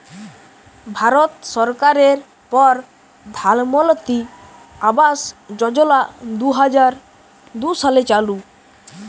ভারত সরকারের পরধালমলত্রি আবাস যজলা দু হাজার দু সালে চালু